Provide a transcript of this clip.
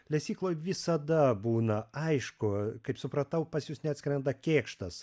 lesykloj visada būna aišku kaip supratau pas jus neatskrenda kėkštas